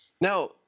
Now